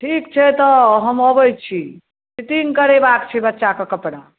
ठीक छै तऽ हम अबैत छी फिटिङ्ग करयबाके छै बच्चाके कपड़ा